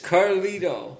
Carlito